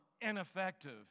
ineffective